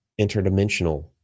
interdimensional